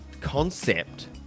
concept